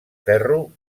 ferro